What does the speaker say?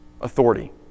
Authority